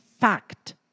fact